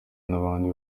n’abandi